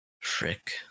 Frick